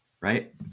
right